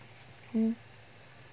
hmm